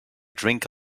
drink